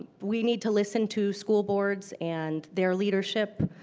we need to listen to school boards and their leadership.